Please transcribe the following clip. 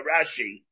Rashi